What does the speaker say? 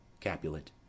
Capulet